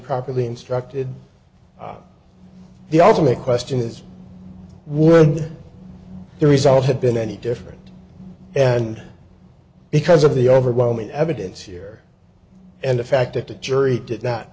properly instructed the ultimate question is were the results have been any different and because of the overwhelming evidence here and the fact that the jury did not